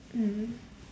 mm